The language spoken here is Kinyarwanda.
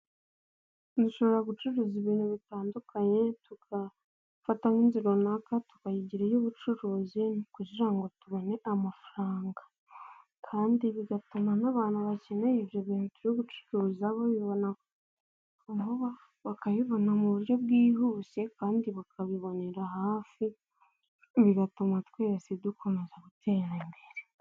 Dudushobora gucuruza ibintu bitandukanye, tugafata nk'inzu runaka tukayigira iy'ubucuruzi, kugira ngo tubone amafaranga. Kandi bigatuma n'abantu bakeneye ibyo bintu turi gucuruza babibona vuba, bakabibona mu buryo bwihuse kandi bakabibonera hafi, bigatuma twese dukomeza gutera imbere.